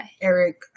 eric